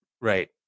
Right